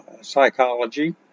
psychology